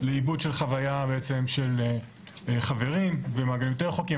לעיבוד של חוויה של חברים ומעגלים יותר רחוקים.